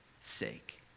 sake